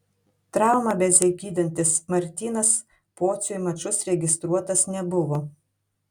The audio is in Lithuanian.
traumą besigydantis martynas pociui mačus registruotas nebuvo